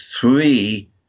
three